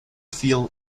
feel